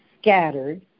scattered